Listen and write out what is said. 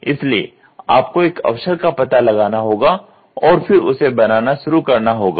इसलिए आपको एक अवसर का पता लगाना होगा और फिर उसे बनाना शुरू करना होगा